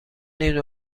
این